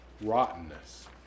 rottenness